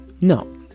no